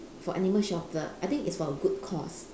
for animal shelter I think it's for a good cause